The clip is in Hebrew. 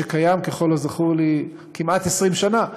שקיים ככל הזכור לי כמעט 20 שנה,